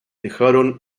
dejaron